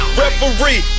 referee